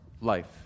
life